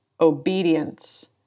obedience